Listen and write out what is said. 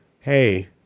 hey